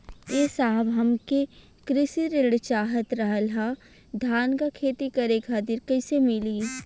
ए साहब हमके कृषि ऋण चाहत रहल ह धान क खेती करे खातिर कईसे मीली?